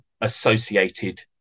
associated